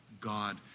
God